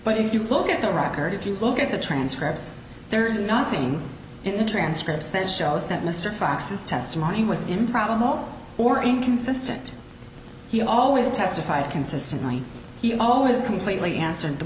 but if you look at the record if you look at the transcripts there's nothing in the transcripts that shows that mr fox's testimony was improbable or inconsistent he always testified consistently he always completely answered the